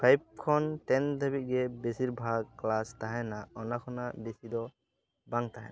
five ᱠᱷᱚᱱ ten ᱫᱷᱟᱹᱵᱤᱡ ᱜᱮ ᱵᱤᱥᱤᱨ ᱵᱷᱟᱜᱽ ᱠᱮᱞᱟᱥ ᱛᱟᱦᱮᱱᱟ ᱚᱱᱟ ᱠᱷᱚᱱᱟᱜ ᱵᱮᱥᱤ ᱫᱚ ᱵᱟᱝ ᱛᱟᱦᱮᱱᱟ